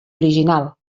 original